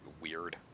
weird